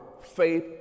Faith